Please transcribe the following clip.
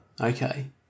Okay